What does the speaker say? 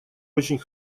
очень